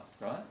right